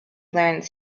learns